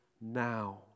Now